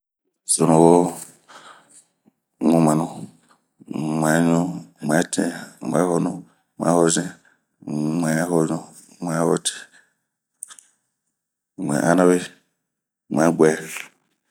Sunuwo, wmumuɛnu, wmuɛɲu, wmuɛtin, wmuɛna, wmuɛhonu, wmuɛhozin, wmuɛhoɲu, wmuɛhotin ,wmuɛanawe, wmuɛbuɛ